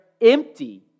empty